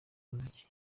muziki